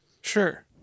Sure